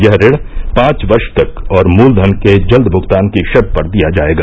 यह ऋण पांच वर्ष तक और मूलधन के जल्द भुगतान की शर्त पर दिया जाएगा